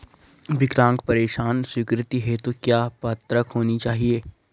विकलांग पेंशन स्वीकृति हेतु क्या पात्रता होनी चाहिये?